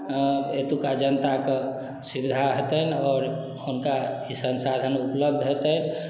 एतुका जनता के सुविधा हेतनि आओर हुनका ई संसाधन ऊपलब्ध हेतनि